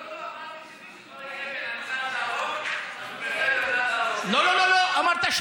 לא, אמרתי שמי שזורק אבן על מנת להרוג, אז, להרוג.